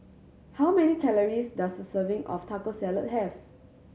how many calories does a serving of Taco Salad have